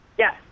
Yes